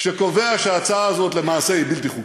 שקובע שההצעה הזאת היא למעשה בלתי חוקית,